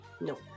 No